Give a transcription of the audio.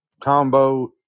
combo